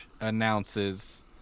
announces